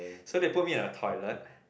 so they put me in a toilet